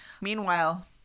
Meanwhile—